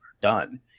done